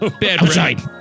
Bad